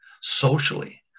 socially